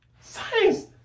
Science